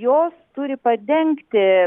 jos turi padengti